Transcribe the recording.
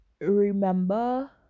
Remember